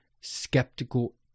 skeptical